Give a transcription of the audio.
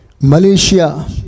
Malaysia